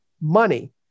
money